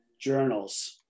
journals